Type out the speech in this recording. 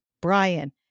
Brian